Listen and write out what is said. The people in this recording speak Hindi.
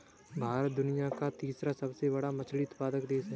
भारत दुनिया का तीसरा सबसे बड़ा मछली उत्पादक देश है